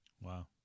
Wow